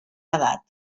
edat